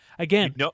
Again